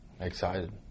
Excited